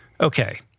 Okay